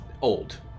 old